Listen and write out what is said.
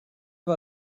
war